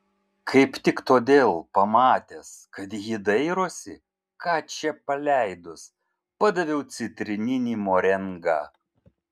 kaip tik todėl pamatęs kad ji dairosi ką čia paleidus padaviau citrininį morengą